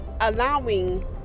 allowing